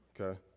okay